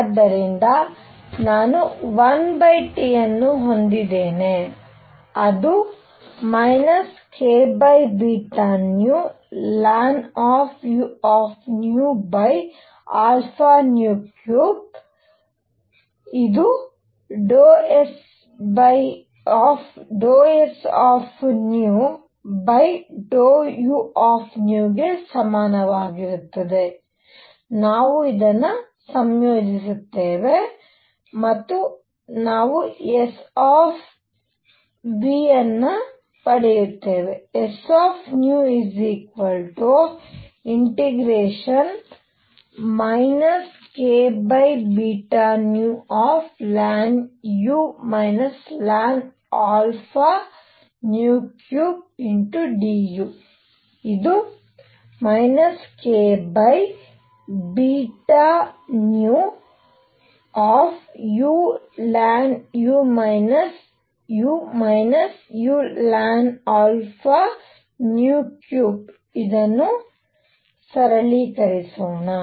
ಆದ್ದರಿಂದ ನಾನು 1Tಅನ್ನು ಹೊಂದಿದೇನೆ ಅದು kβνln⁡u3 ∂sν∂uν ಸಮನಾಗಿರುತ್ತದೆ ನಾವು ಇದನ್ನು ಸಂಯೋಜಿಸುತ್ತೇವೆ ಮತ್ತು ನಾವು s ν ಅನ್ನು ಪಡೆಯುತ್ತೇವೆ s kβνlnu lnα3du ಇದು kβνulnu u ulnα3 ಇದನ್ನು ಸರಳೀಕರಿಸೋಣ